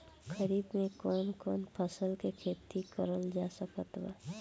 खरीफ मे कौन कौन फसल के खेती करल जा सकत बा?